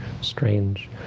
strange